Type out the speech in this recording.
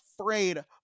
afraid